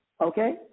Okay